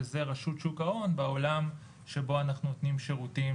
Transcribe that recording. שזה רשות שוק ההון בעולם שבו אנחנו נותנים שירותים